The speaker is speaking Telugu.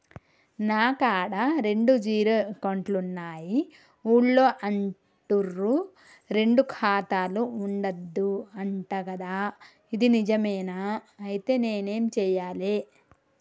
నా కాడా రెండు జీరో అకౌంట్లున్నాయి ఊళ్ళో అంటుర్రు రెండు ఖాతాలు ఉండద్దు అంట గదా ఇది నిజమేనా? ఐతే నేనేం చేయాలే?